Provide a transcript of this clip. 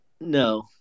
No